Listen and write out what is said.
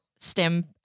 STEM